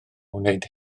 wneud